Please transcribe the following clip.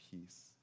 peace